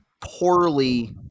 poorly—